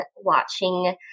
watching